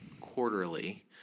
quarterly